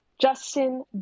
justin